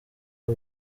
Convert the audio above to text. uyu